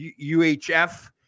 UHF